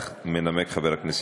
שמאיר כהן יעלה לנמק.